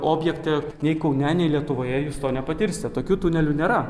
objekte nei kaune nei lietuvoje jūs to nepatirsit tokių tunelių nėra